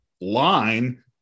line